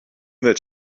that